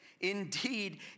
Indeed